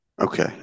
Okay